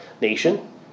nation